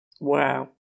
Wow